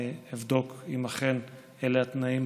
אני אבדוק אם אכן אלה התנאים.